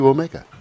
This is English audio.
Omega